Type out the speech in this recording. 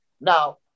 now